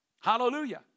Hallelujah